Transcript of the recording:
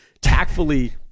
tactfully